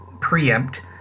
preempt